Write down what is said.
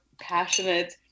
passionate